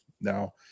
now